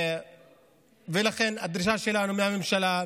לכן הדרישה שלנו מהממשלה,